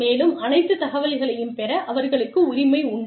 மேலும் அனைத்து தகவல்களையும் பெற அவர்களுக்கு உரிமை உண்டு